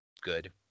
good